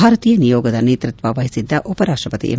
ಭಾರತೀಯ ನಿಯೋಗದ ನೇತೃತ್ವ ವಹಿಸಿದ್ದ ಉಪರಾಷ್ಟ್ರಪತಿ ಎಂ